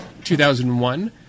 2001